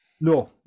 No